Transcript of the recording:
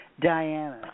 Diana